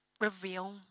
reveal